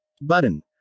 Button